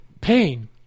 pain